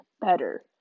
better